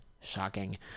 Shocking